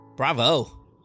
bravo